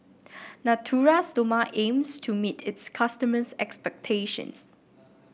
Natura Stoma aims to meet its customers' expectations